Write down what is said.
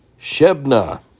Shebna